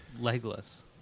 Legless